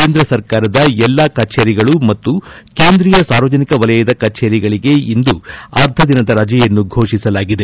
ಕೇಂದ್ರ ಸರ್ಕಾರದ ಎಲ್ಲಾ ಕಚೇರಿಗಳೂ ಮತ್ತು ಕೇಂದ್ರೀಯ ಸಾರ್ವಜನಿಕ ವಲಯದ ಕಚೇರಿಗಳಿಗೆ ಇಂದು ಅರ್ಧದಿನದ ರಜೆಯನ್ನು ಘೋಷಿಸಲಾಗಿದೆ